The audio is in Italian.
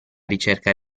ricerca